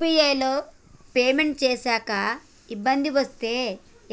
UPI లో payment చేశాక ఇబ్బంది వస్తే